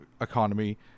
economy